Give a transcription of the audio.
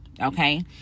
okay